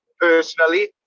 personally